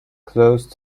close